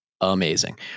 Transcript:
amazing